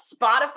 Spotify